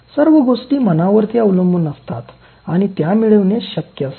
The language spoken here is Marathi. सर्व गोष्टी मनावरती अवलंबून असतात आणि त्या मिळवणे शक्य असते